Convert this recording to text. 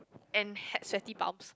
and had sweaty palms